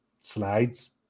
slides